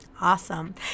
Awesome